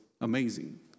amazing